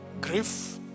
Grief